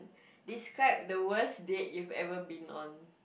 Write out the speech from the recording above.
describe the worst date you've ever been on